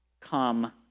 come